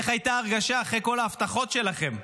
איך הייתה ההרגשה, אחרי כל ההבטחות שלכם?